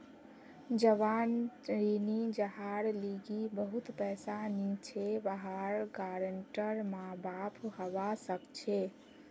जवान ऋणी जहार लीगी बहुत पैसा नी छे वहार गारंटर माँ बाप हवा सक छे